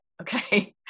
Okay